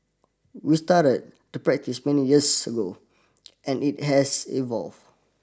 we started the practice many years ago and it has evolved